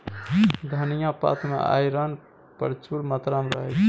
धनियाँ पात मे आइरन प्रचुर मात्रा मे रहय छै